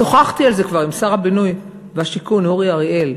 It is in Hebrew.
שוחחתי על זה כבר עם שר הבינוי והשיכון אורי אריאל,